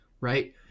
right